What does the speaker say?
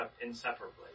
inseparably